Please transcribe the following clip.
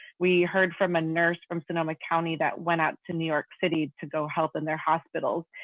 we heard from a nurse from sonoma county that went out to new york city to go help in their hospitals.